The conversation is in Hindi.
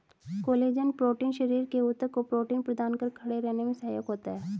कोलेजन प्रोटीन शरीर के ऊतक को प्रोटीन प्रदान कर खड़े रहने में सहायक होता है